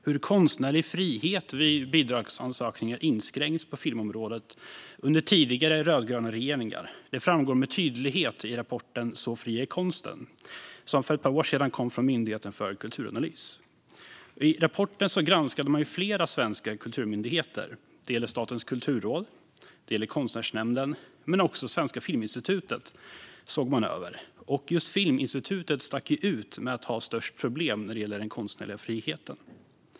Hur konstnärlig frihet inskränkts vid bidragsansökningar på filmområdet under tidigare rödgröna regeringar framgår med tydlighet i rapporten Så fri är konsten , som för ett par år sedan kom från Myndigheten för kulturanalys. I rapporten granskade man flera svenska kulturmyndigheter. Statens kulturråd, Konstnärsnämnden och Svenska Filminstitutet såg man över. Just Filminstitutet stack ut genom att ha störst problem gällande den konstnärliga friheten.